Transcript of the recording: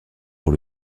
pour